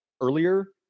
earlier